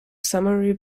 summary